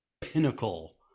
pinnacle